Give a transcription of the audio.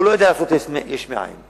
הוא לא יודע לעשות יש מאין,